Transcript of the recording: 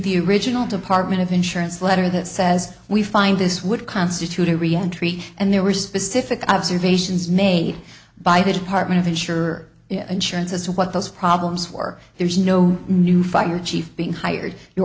the original department of insurance letter that says we find this would constitute a rianne treat and there were specific observations made by the department of insured insurance as to what those problems were there's no new fire chief being hired you